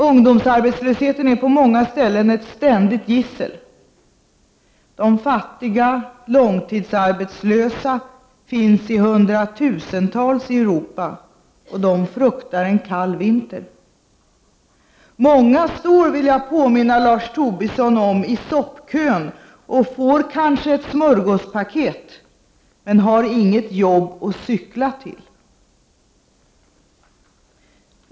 Ungdomsarbetslösheten är på många ställen ett ständigt gissel. De fattiga långtidsarbetslösa finns i hundratusental i Europa, och de fruktar en kall vinter. Många står — det vill jag påminna Lars Tobisson om — i soppkön och får kanske ett smörgåspaket men har inget jobb att cykla till.